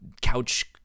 couch